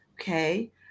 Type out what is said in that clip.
Okay